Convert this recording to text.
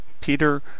Peter